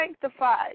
sanctified